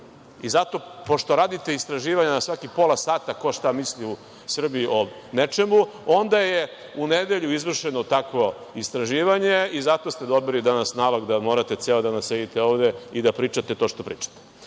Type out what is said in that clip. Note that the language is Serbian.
vide. Pošto radite istraživanja na svakih pola sata ko šta misli u Srbiji o nečemu, onda je u nedelju izvršeno takvo istraživanje i zato ste dobili danas nalog da morate ceo dan da sedite ovde i da pričate to što pričate.